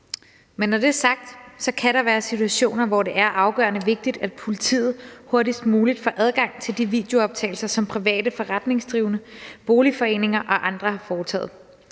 Men når det er sagt, kan der være situationer, hvor det er afgørende vigtigt, at politiet hurtigst muligt får adgang til de videooptagelser, som private forretningsdrivende, boligforeninger og andre har foretaget.